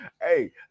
Hey